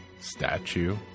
statue